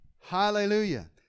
Hallelujah